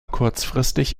kurzfristig